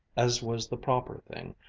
as was the proper thing,